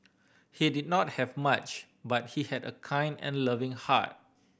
he did not have much but he had a kind and loving heart